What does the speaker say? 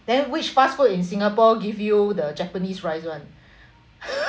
then which fast food in singapore give you the japanese rice [one]